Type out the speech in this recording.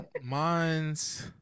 mine's